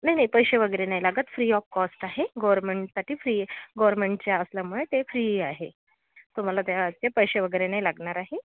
नाही नाही पैसे वगैरे नाही लागत फ्री ऑफ कॉस्ट आहे गवरर्मेंटसाठी फ्री गोरर्मेंटच्या असल्यामुळे ते फ्री आहे तुम्हाला द्यायचे पैसे वगैरे नाही लागणार आहे